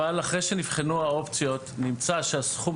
אבל אחרי שנבחנו האופציות נמצא שהסכום